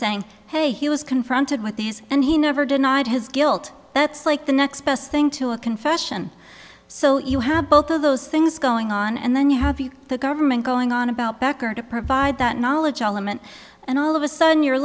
saying hey he was confronted with these and he never denied his guilt that's like the next best thing to a confession so you have both of those things going on and then you have the government going on about becker to provide that knowledge element and all of a sudden you're